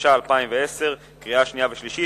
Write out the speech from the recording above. התש"ע 2010, קריאה שנייה ושלישית.